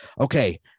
Okay